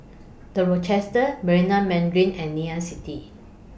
The Rochester Marina Mandarin and Ngee Ann City